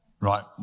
Right